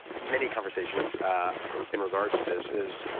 many conversations in regards to this is,